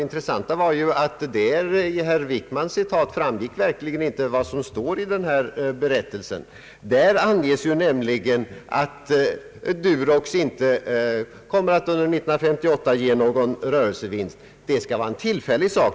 Intressant var att det av herr Wickmans citat verkligen inte framgick vad som står i berättelsen om de statliga företagen. I den anges nämligen att Durox för 1968 inte kommer att ge någon rörelsevinst men att det är tillfälligt.